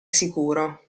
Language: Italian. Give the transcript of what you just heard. sicuro